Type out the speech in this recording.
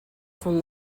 from